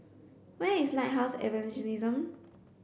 where is Lighthouse Evangelism